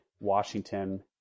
Washington